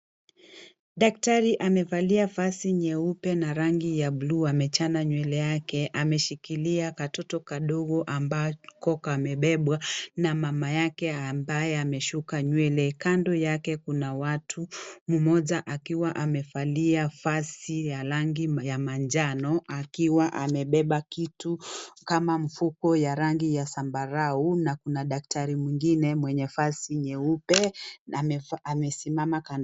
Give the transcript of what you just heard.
Daktari amevalia vazi nyeupe na rangi ya bluu amechana nywele yake ameshikilia katoto kadogo ambako kamebebwa na mamayake ambaye ameshuka nywele kando yake kuna watu mmoja akiwa amevalia vazi ya rangi ya manjano akiwa amebeba kitu kama mfuko ya rangi ya sambarau na kuna daktari mwingine mwenye vazi nyeupe na amesimama kando.